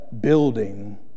building